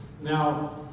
now